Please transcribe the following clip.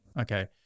Okay